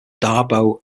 darboux